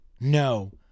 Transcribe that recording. No